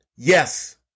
Yes